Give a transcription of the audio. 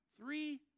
three